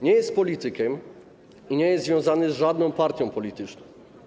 Nie jest politykiem ani nie jest związany z żadną partią polityczną.